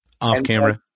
Off-camera